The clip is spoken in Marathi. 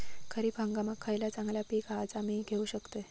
खरीप हंगामाक खयला चांगला पीक हा जा मी घेऊ शकतय?